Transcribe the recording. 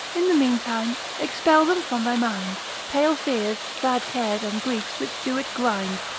in the meantime expel them from thy mind, pale fears, sad cares, and griefs which do it grind,